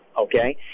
okay